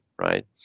right